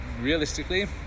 realistically